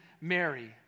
Mary